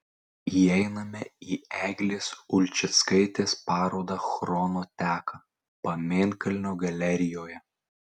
įeiname į eglės ulčickaitės parodą chrono teka pamėnkalnio galerijoje